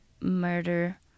murder